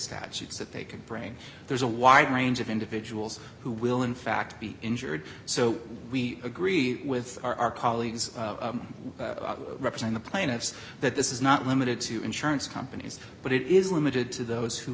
statutes that they could bring there's a wide range of individuals who will in fact be injured so we agree with our colleagues representing the plaintiffs that this is not limited to insurance companies but it is limited to those who